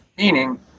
meaning